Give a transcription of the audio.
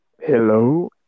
Hello